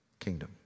kingdom